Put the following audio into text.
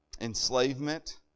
enslavement